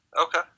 Okay